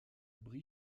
brie